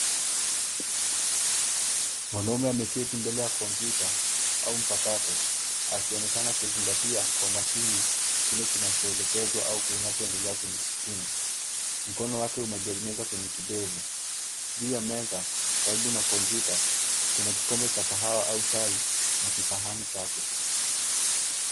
Mwanaume ameketi mbele ya kompyuta au mpakato akionekana kuzingatia kwa makini kile kinachoelekezwa au kinachoendelea kwenye skrini. Mkono wake umeegemezwa kwenye kidevu. Juu ya meza, karibu na kompyuta, kuna kikombe cha kahawa au chai na kisahani chake.